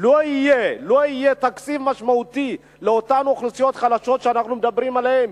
לא יהיה תקציב משמעותי לאותן אוכלוסיות חלשות שאנחנו מדברים עליהן,